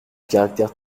caractère